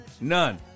None